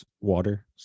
water